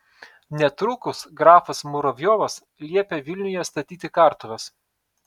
netrukus grafas muravjovas liepė vilniuje statyti kartuves